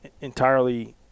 entirely